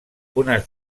unes